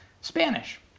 Spanish